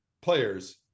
players